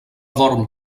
dorm